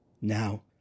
Now